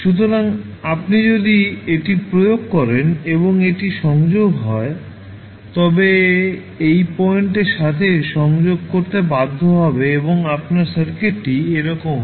সুতরাং আপনি যদি এটি প্রয়োগ করেন এবং এটি সংযোগ হয় তবে এটি এই পয়েন্টের সাথে সংযোগ করতে বাধ্য হবে এবং আপনার সার্কিটটি এরকম হবে